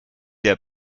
der